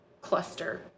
cluster